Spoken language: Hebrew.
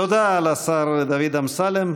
תודה לשר דוד אמסלם.